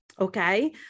okay